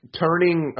turning